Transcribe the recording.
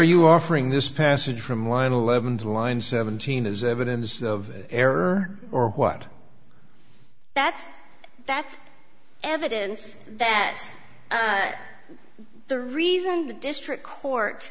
you offering this passage from line eleven to line seventeen as evidence of error or what that's that's evidence that the reason the district court